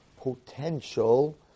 potential